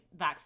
backstory